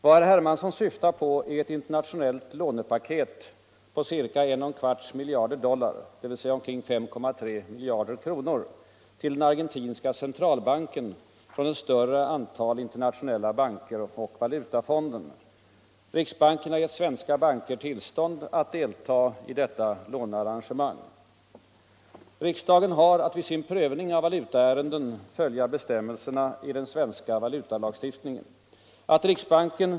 Vad herr Hermansson syftar på är ett internationellt lånepaket på ca 1 1/4 miljarder dollar, dvs. omkring 5,3 miljarder kronor, till den argentinska centralbanken från ett större antal internationella banker och Valutafonden. Riksbanken har gett svenska banker tillstånd att delta i detta lånearrangemang. | Riksbanken har att vid sin prövning av valutaärenden följa bestämmelserna i den svenska valutalagstiftningen.